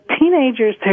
teenagers